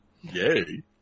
Yay